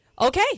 Okay